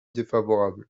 défavorable